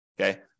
okay